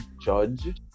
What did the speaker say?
judge